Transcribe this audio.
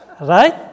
Right